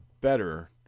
better